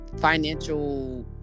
financial